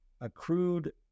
accrued